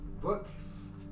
books